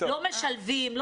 לא משלבים,